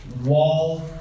wall